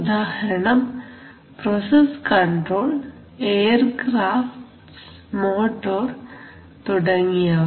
ഉദാഹരണം process control aircrafts motor തുടങ്ങിയവ